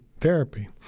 therapy